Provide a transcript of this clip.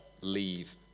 leave